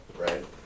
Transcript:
Right